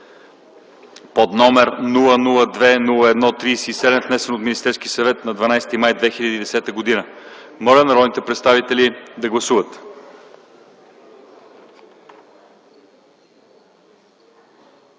№ 002-01-37, внесен от Министерския съвет на 12 май 2010 г. Моля народните представители да гласуват.